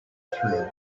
through